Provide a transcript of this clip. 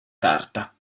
carta